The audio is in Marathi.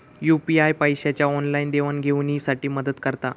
यू.पी.आय पैशाच्या ऑनलाईन देवाणघेवाणी साठी मदत करता